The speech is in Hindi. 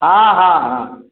हाँ हाँ हाँ